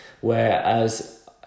Whereas